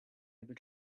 able